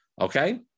okay